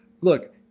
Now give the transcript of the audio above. look